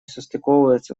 состыковывается